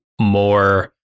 more